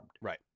Right